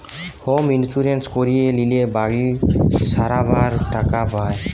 home insurance করিয়ে লিলে বাড়ি সারাবার টাকা পায়